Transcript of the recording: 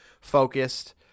focused